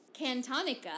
Cantonica